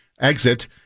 exit